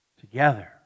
together